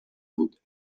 بود